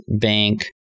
bank